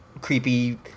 creepy